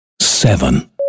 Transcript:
Seven